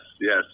yes